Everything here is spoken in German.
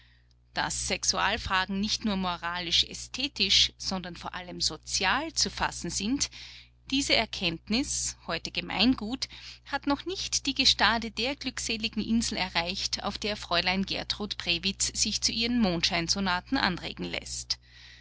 daß sexualfragen nicht nur moralisch-ästhetisch sondern vor allem sozial zu fassen sind diese erkenntnis heute gemeingut hat noch nicht die gestade der glückseligen insel erreicht auf der fräulein gertrud brewitz sich zu ihren mondscheinsonaten anregen läßt